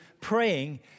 praying